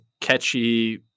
catchy